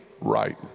right